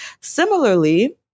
Similarly